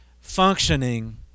functioning